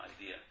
idea